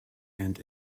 and